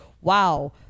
wow